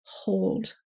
hold